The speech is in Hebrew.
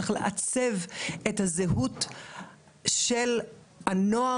צריך לעצב את הזהות של הנוער,